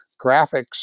graphics